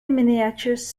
miniatures